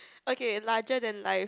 okay larger than life